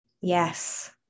Yes